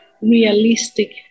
realistic